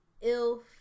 ill